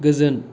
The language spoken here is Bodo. गोजोन